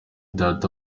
data